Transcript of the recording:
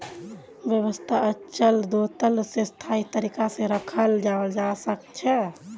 व्यवसायत अचल दोलतक स्थायी तरीका से रखाल जवा सक छे